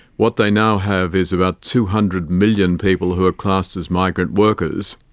what they now have is about two hundred million people who are classed as migrant workers,